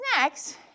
next